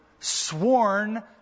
Sworn